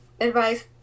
advice